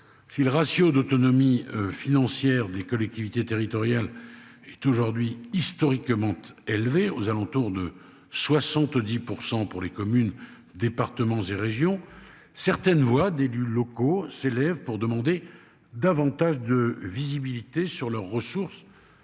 Si le ratio d'autonomie financière des collectivités territoriales. Est aujourd'hui historiquement élevé aux alentours de 70% pour les communes, départements et régions, certaines voix d'élus locaux s'élèvent pour demander davantage de visibilité sur leurs ressources